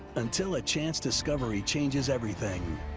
until a chance discovery changes everything.